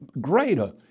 greater